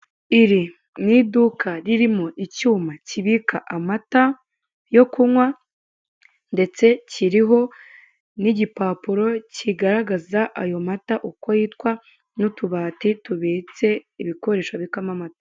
I iri ni iduka ririmo icyuma kibika amata yo kunywa ndetse kiriho n'igipapuro kigaragaza ayo mata uko yitwa n'utubati tubitse ibikoresho babikamo amata.